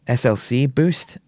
slcboost